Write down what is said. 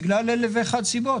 בגלל אלף ואחת סיבות,